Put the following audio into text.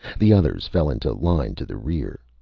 the others fell into line to the rear.